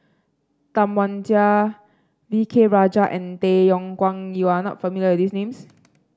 Tam Wai Jia V K Rajah and Tay Yong Kwang you are not familiar with these names